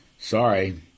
Sorry